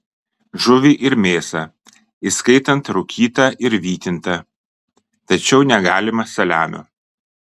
žuvį ir mėsą įskaitant rūkytą ir vytintą tačiau negalima saliamio